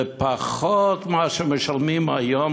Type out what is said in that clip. שזה פחות ממה שמשלמים היום,